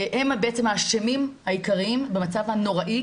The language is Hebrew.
הם בעצם האשמים העיקריים במצב הנוראי